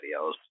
videos